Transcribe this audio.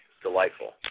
delightful